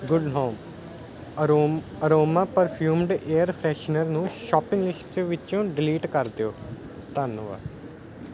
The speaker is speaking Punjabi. good home arom aroma perfumed air freshener ਨੂੰ ਸ਼ੋਪਿੰਗ ਲਿਸਟ ਵਿੱਚੋਂ ਡਿਲੀਟ ਕਰ ਦਿਓ ਧੰਨਵਾਦ